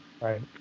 Right